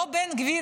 לא בן גביר.